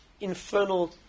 infernal